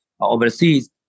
overseas